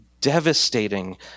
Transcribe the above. devastating